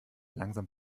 langsam